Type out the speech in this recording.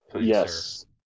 Yes